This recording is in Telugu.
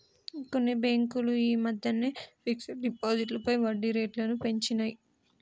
కొన్ని బ్యేంకులు యీ మద్దెనే ఫిక్స్డ్ డిపాజిట్లపై వడ్డీరేట్లను పెంచినియ్